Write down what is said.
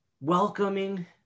welcoming